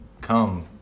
come